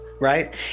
right